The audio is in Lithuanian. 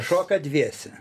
šoka dviese